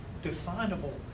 Definable